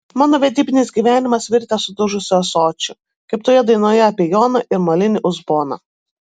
mano vedybinis gyvenimas virtęs sudužusiu ąsočiu kaip toje dainoje apie joną ir molinį uzboną